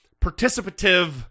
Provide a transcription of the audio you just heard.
participative